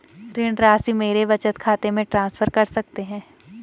ऋण राशि मेरे बचत खाते में ट्रांसफर कर सकते हैं?